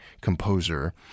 composer